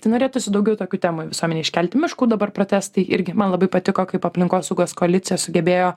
tai norėtųsi daugiau tokių temų visuomenėj iškelti miškų dabar protestai irgi man labai patiko kaip aplinkosaugos koalicija sugebėjo